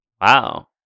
Wow